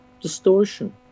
distortion